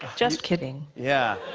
just kidding. yeah.